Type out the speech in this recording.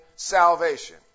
Salvation